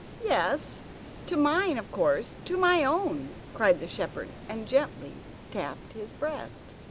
yes to mine, of course, to my own cried the shepherd, and gently tapped his breast.